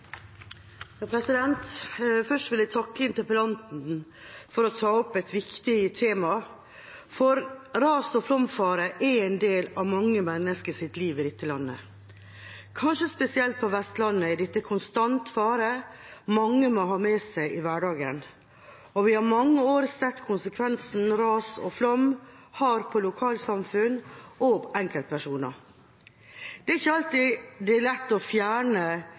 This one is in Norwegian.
Først vil jeg takke interpellanten for å ta opp et viktig tema, for ras- og flomfare er en del av mange menneskers liv i dette landet. Kanskje spesielt på Vestlandet er dette en konstant fare mange må ha med seg i hverdagen, og vi har i mange år sett konsekvensen ras og flom har for lokalsamfunn og enkeltpersoner. Det er ikke alltid lett å fjerne